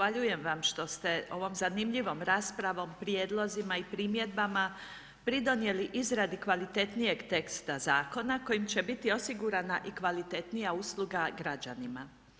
Zahvaljujem vam što ste ovom zanimljivom raspravom, prijedlozima i primjedbama pridonijeli izradi kvalitetnijeg teksta zakona kojim će biti osigurana i kvalitetnija usluga građanima.